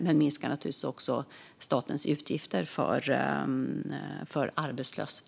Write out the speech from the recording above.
Men det minskar naturligtvis också statens utgifter för arbetslösheten.